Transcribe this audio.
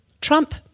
Trump